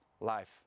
life